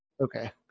okay